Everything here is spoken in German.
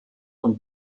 und